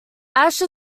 ashe